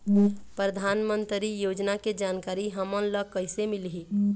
परधानमंतरी योजना के जानकारी हमन ल कइसे मिलही?